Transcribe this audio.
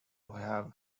have